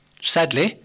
Sadly